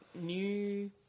new